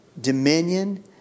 dominion